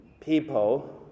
people